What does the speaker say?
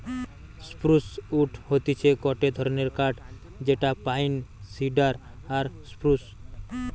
spruce wood হতিছে গটে ধরণের কাঠ যেটা পাইন, সিডার আর স্প্রুস